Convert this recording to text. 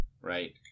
right